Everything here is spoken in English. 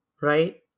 Right